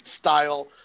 style